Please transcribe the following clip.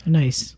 nice